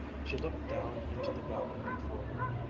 she looked down into the valley before her,